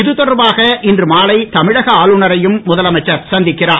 இதுதொடர்பாக இன்று மாலை தமிழக ஆளுநரையும் முதலமைச்சர் சந்திக்கிறார்